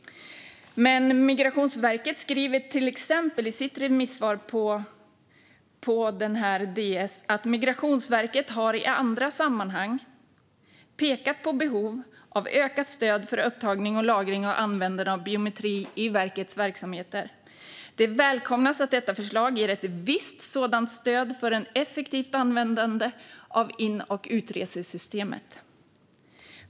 Men Migrationsverket skriver till exempel i sitt remissvar på denna promemoria: "Migrationsverket har i andra sammanhang . pekat på behov av ökat stöd för upptagning, lagring och användning av biometri i verkets verksamhet. Det välkomnas att detta förslag ger ett visst sådant stöd för ett effektivt användande av in och utresesystemet.